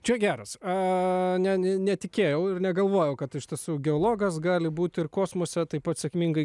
čia geras a ne ne netikėjau ir negalvojau kad iš tiesų geologas gali būti ir kosmose taip pat sėkmingai